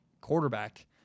quarterback